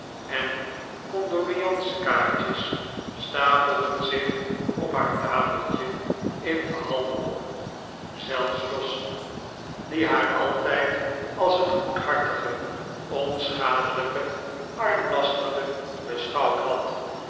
en condoleantiekaartjes stapelden zich op haar tafeltje in de hal op zelfs jos die haar altijd als een goedhartige onschadelijke armlastige beschouwd had